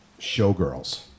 Showgirls